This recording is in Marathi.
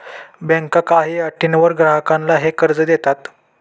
बँका काही अटींवर ग्राहकांना हे कर्ज देतात